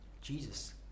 Jesus